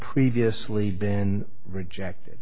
previously been rejected